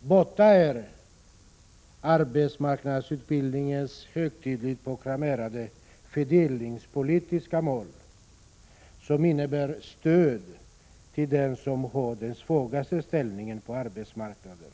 Borta är arbetsmarknadsutbildningens högtidligt proklamerade fördelningspolitiska mål, som innebär stöd till dem som har den svagaste ställningen på arbetsmarknaden.